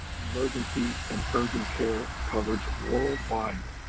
emergency and urgent care coverage worldwide,